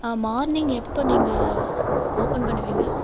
ஆ morning எப்போ நீங்கள் open பண்ணுவீங்க